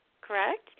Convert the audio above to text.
correct